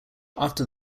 after